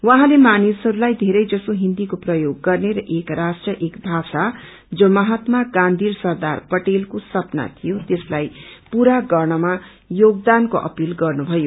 उहाँले मानिसहरूलाई धेरै जसो हिन्दीको प्रयोग गर्ने र एक राष्ट्र एक भाषा जो महात्मा गान्धी र सरदार पटेलको स्वप्ना थियो त्यालाई पूरा गर्नमा योगदानको अपील गर्नुभयो